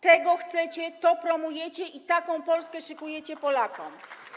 Tego chcecie, to promujecie i taką Polskę szykujecie Polakom.